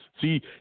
See